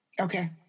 Okay